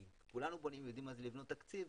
כי כולנו יודעים מה זה לבנות תקציב,